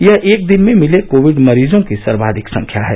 यह एक दिन में मिले कोविड मरीजों की सर्वाधिक संख्या है